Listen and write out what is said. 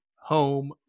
home